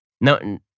No